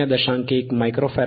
1 micro farad 0